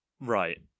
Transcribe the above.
Right